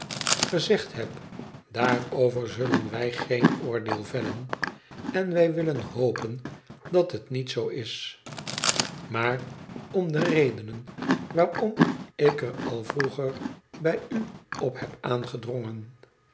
gezegd heb daarover zullen wij geen oordeel vellen en wij willen hopen dat het niet zoo is maar om de redenen waarom ik er al vroeger bij u op heb aangedrongen